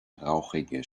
rauchige